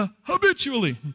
habitually